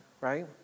right